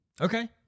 Okay